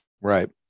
Right